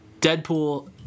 Deadpool